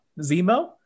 Zemo